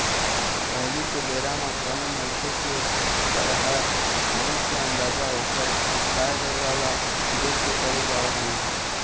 पहिली के बेरा म कोनो मनखे के बड़हर, गरीब के अंदाजा ओखर गाय गरूवा ल देख के करे जावत रिहिस हे